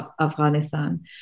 Afghanistan